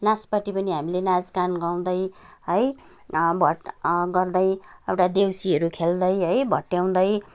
नाँच पाटी पनि हामीले नाँच गान गाउँदै है भट गर्दै एउटा देउसीहरू खेल्दै है भट्याउँदै